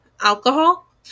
Alcohol